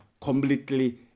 completely